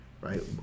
right